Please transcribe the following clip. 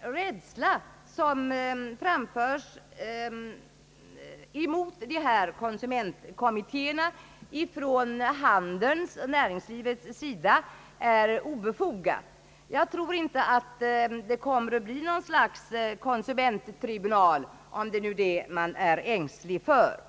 rädsla för konsumentkommittéerna som kommit till uttryck från handelns och näringslivets sida är obefogad. Jag tror inte att det kommer att bli något slags »konsumenttribunal», om det är detta man är ängslig för.